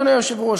אדוני היושב-ראש,